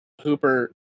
Hooper